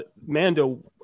Mando